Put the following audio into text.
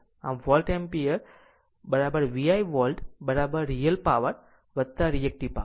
આમ volt ampere VI volt real power reactive power